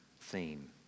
theme